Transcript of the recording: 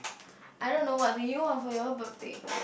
I don't know what do you want for your birthday